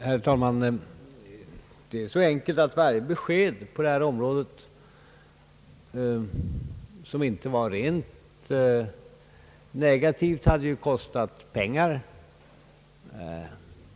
Herr talman! Det är så enkelt att varje besked på detta område som inte varit rent negativt hade kostat pengar.